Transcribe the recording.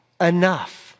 Enough